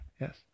Yes